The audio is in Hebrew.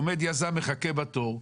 עומד יזם, מחכה בתור.